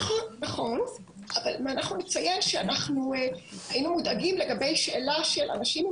נכון אבל נציין היינו מודאגים לגבי שאלה של אנשים עם